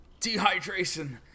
Dehydration